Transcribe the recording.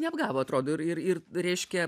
neapgavo atrodo ir ir ir reiškia